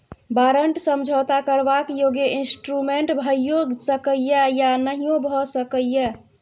बारंट समझौता करबाक योग्य इंस्ट्रूमेंट भइयो सकै यै या नहियो भए सकै यै